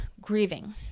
grieving